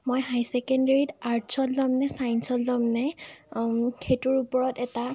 মই হায়াৰ চেকেণ্ডেৰীত আৰ্টছত ল'ম নে চায়েঞ্চত ল'ম নে সেইটোৰ ওপৰত এটা